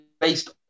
based